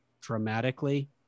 dramatically